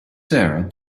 sarah